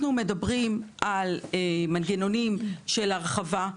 אנחנו מדברים על מנגנונים של הרחבה.